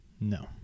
No